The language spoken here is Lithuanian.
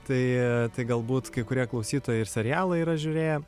tai galbūt kai kurie klausytojai ir serialą yra žiūrėję